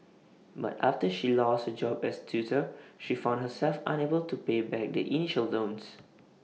but after she lost her job as tutor she found herself unable to pay back the initial loans